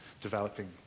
developing